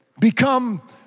become